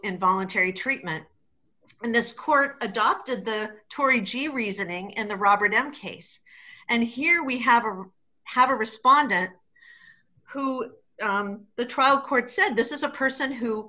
involuntary treatment and this court adopted the torrey g reasoning in the robert m case and here we have a have a respondent who the trial court said this is a person who